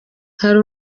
hari